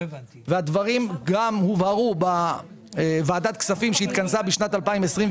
הדברים גם הובהרו בוועדת כספים שהתכנסה בשנת 2021,